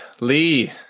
Lee